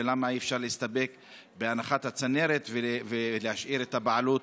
למה אי-אפשר להסתפק בהנחת הצנרת ולהשאיר את הבעלות